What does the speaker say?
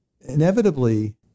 inevitably